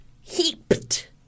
heaped